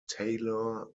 taylor